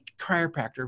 chiropractor